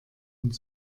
und